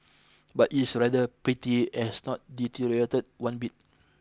but it's rather pretty as not deteriorated one bit